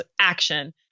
action